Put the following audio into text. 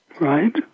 Right